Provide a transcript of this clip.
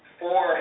four